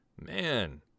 Man